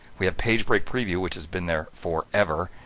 we have page break preview which has been there forever,